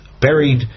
buried